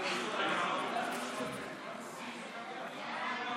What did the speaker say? ועדת הכנסת נתקבלה.